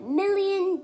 million